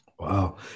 Wow